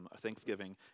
Thanksgiving